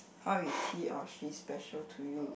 how is he or she special to you